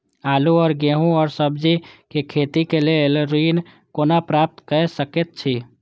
आलू और गेहूं और सब्जी के खेती के लेल ऋण कोना प्राप्त कय सकेत छी?